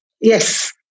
Yes